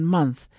Month